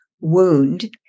wound